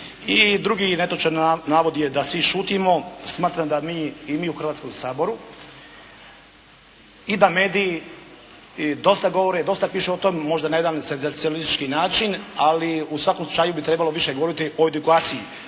I drugi netočan navod je da svi šutimo. Smatram da i mi u Hrvatskom saboru i da mediji dosta govore, dosta pišu o tom, možda na jedan senzacionalistički način, ali u svakom slučaju bi trebalo više govoriti o edukaciji.